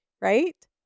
Right